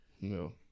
No